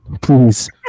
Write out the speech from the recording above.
Please